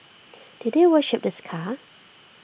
did they worship this car